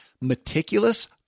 meticulous